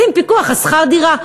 שים פיקוח על שכר דירה,